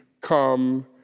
come